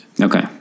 Okay